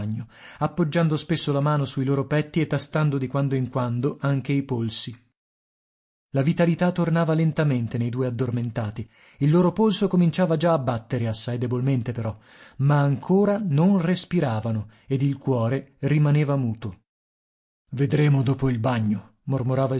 appoggiando spesso la mano sui loro petti e tastando di quando in quando anche i polsi la vitalità tornava lentamente nei due addormentati il loro polso cominciava già a battere assai debolmente però ma ancora non respiravano ed il cuore rimaneva muto vedremo dopo il bagno mormorava